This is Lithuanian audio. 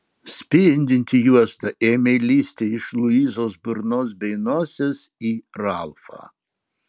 spindinti juosta ėmė lįsti iš luizos burnos bei nosies į ralfą